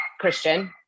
Christian